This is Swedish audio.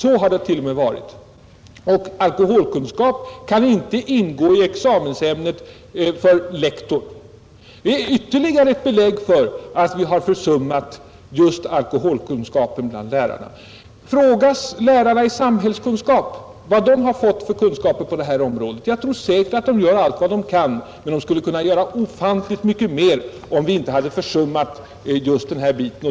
Alkoholkunskap kan inte heller ingå som examensämne för lektor. Det är ytterligare ett belägg för utrymmet för alkoholkunskapen i skolan. Fråga lärarna i samhällskunskap vad de fått för kunskaper på detta område. Jag är säker på att de gör allt vad de kan men de skulle kunna uträtta ofantligt mycket mera, om vi inte försummat just detta.